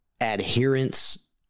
adherence